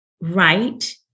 right